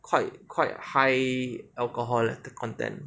quite quite high alcohol leh the content because shots or hard liquor lah